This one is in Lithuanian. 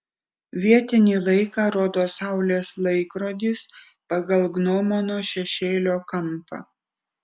vietinį laiką rodo saulės laikrodis pagal gnomono šešėlio kampą